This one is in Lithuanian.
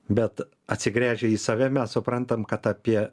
bet atsigręžę į save mes suprantam kad apie